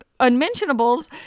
unmentionables